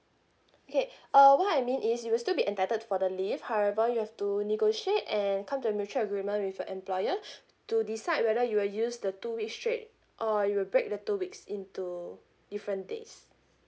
okay uh what I mean is you will still be entitled for the leave however you have to negotiate and come to a mutual agreement with your employer to decide whether you will use the two week straight or you will break the two weeks into different days